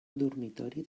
dormitori